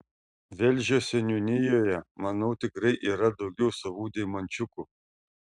velžio seniūnijoje manau tikrai yra daugiau savų deimančiukų